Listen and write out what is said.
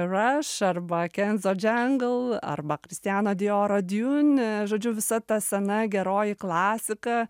rush arba kenzo jungle arba kristiano dioro dune žodžiu visa ta sena geroji klasika